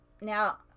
now